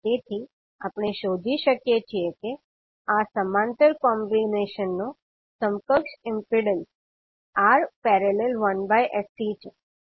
તેથી આપણે શોધી શકીએ છીએ કે આ સમાંતર કોમ્બીનેશન નો સમકક્ષ ઇમ્પિડન્સ 𝑅 || 1sC છે